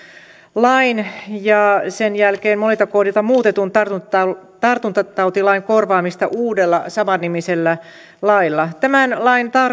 lain ja sen jälkeen monilta kohdilta muutetun tartuntatautilain korvaamista uudella samannimisellä lailla tämän lain